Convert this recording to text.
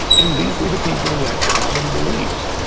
and these were the people who had common beliefs,